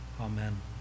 Amen